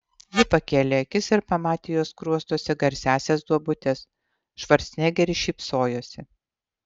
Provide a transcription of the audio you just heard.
ji pakėlė akis ir pamatė jo skruostuose garsiąsias duobutes švarcnegeris šypsojosi